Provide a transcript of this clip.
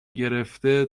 گرفته